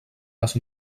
les